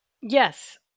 Yes